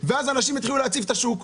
ואז אנשים יתחילו להציף את השוק.